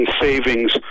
savings